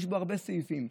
יש בו הרבה סעיפים,